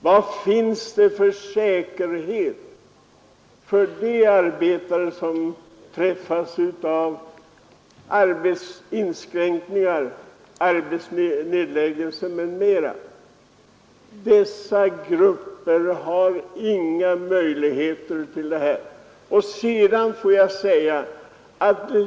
Vad har de arbetare som drabbas av inskränkningar och arbetsnedläggelser på grund av den för säkerhet? Och de grupperna har inga möjligheter att få sådana här förmåner.